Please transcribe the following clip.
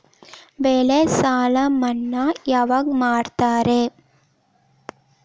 ಬೆಳೆ ಸಾಲ ಮನ್ನಾ ಯಾವಾಗ್ ಮಾಡ್ತಾರಾ?